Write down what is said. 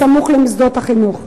סמוך למוסדות חינוך.